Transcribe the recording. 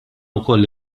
wkoll